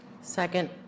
Second